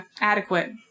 adequate